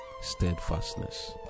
steadfastness